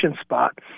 spot